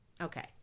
Okay